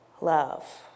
love